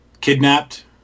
kidnapped